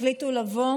החליטו לבוא